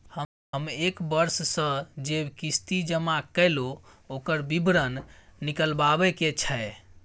हम एक वर्ष स जे किस्ती जमा कैलौ, ओकर विवरण निकलवाबे के छै?